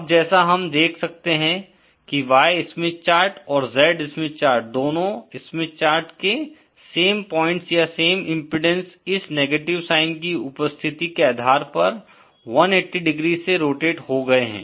अब जैसा हम देख सकते हैं कि Y स्मिथ चार्ट और Z स्मिथ चार्ट दोनों स्मिथ चार्ट्स के सेम पॉइंट्स या सेम इम्पीडेन्स इस नेगेटिव साइन कि उपस्थिति के आधार पर 1800 से रोटेट हो गए हैं